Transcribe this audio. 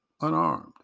unarmed